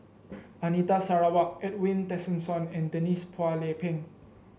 Anita Sarawak Edwin Tessensohn and Denise Phua Lay Peng